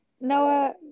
Noah